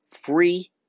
free